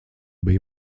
bija